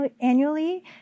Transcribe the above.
annually